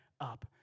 up